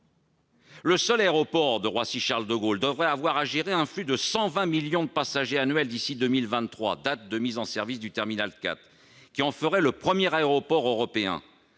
Le seul aéroport de Roissy-Charles-de-Gaulle devrait avoir à gérer un flux de 120 millions de passagers par an d'ici à 2023, date de mise en service du terminal 4, qui en ferait le premier aéroport européen.